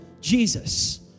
Jesus